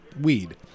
weed